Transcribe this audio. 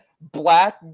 Black